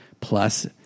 plus